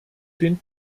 den